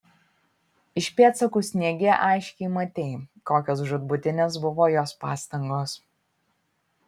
iš pėdsakų sniege aiškiai matei kokios žūtbūtinės buvo jos pastangos